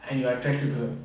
and you are attracted her